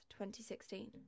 2016